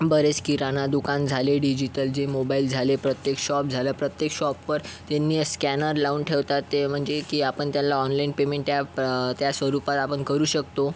बरेच किराणा दुकान झाले डिजिटल जे मोबाइल झाले प्रत्येक शॉप झालं प्रत्येक शॉपवर त्यांनी स्कॅनर लावून ठेवतात ते म्हणजे की आपण त्यांना ऑनलाइन पेमेंट त्या त्या स्वरूपात आपण करू शकतो